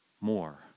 more